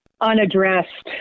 unaddressed